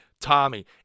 Tommy